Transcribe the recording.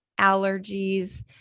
allergies